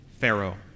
Pharaoh